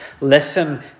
Listen